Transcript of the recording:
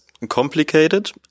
complicated